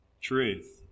truth